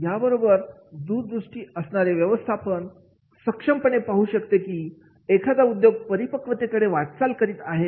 यामध्ये दूरदृष्टी असणारे व्यवस्थापन सक्षम पणे पाहू शकते की एखादा उद्योग परिपक्वतेकडे वाटचाल करीत आहे